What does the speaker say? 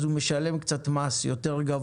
אז הוא משלם מס קצת יותר גבוה.